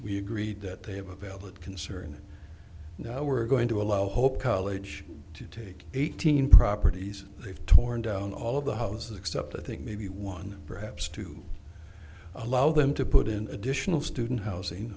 we agreed that they have a valid concern now we're going to allow hope college to take eighteen properties they've torn down all of the houses except i think maybe one perhaps to allow them to put in additional student housing